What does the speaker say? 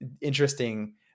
interesting